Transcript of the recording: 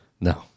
No